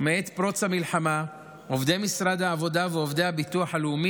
מעת פרוץ המלחמה עובדי משרד העבודה ועובדי הביטוח לאומי